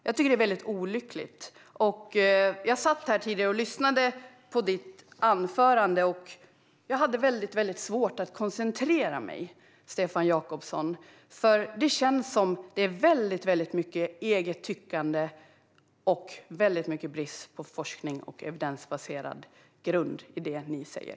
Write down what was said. Jag tycker att detta är väldigt olyckligt. Jag lyssnade här tidigare på Stefan Jakobssons anförande och hade väldigt svårt att koncentrera mig. Det känns som att mycket är eget tyckande, och det finns en stor brist på forskning och evidensbaserad grund i det ni säger.